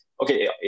okay